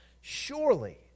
surely